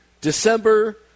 December